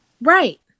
Right